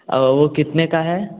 और वह कितने का है